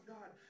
God